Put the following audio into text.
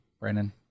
Brandon